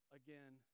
again